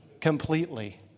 completely